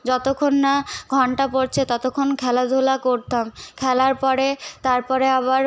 যতক্ষণ না ঘন্টা পড়ছে ততক্ষণখেলাধুলা করতাম খেলার পরে তারপরে আবার